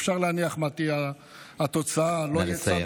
אפשר להניח מה תהיה התוצאה, נא לסיים.